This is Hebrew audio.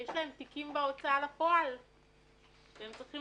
יש להם תיקים בהוצאה לפועל והם צריכים